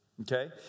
okay